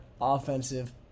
offensive